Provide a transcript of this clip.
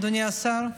אדוני השר,